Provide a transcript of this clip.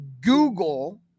Google